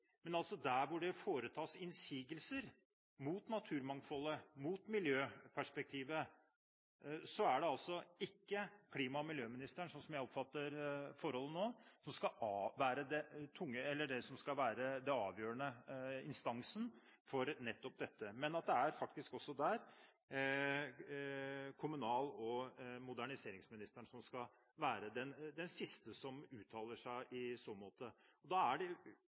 Men der hvor det foretas innsigelser mot naturmangfoldet, mot miljøperspektivet, er det altså ikke klima- og miljøministeren – sånn jeg oppfatter forholdet nå – som skal være den avgjørende instansen for nettopp dette. Det er faktisk også der kommunal- og moderniseringsministeren som skal være den siste som uttaler seg i så måte. Da er det